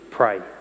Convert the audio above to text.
Pray